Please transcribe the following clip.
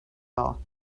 ball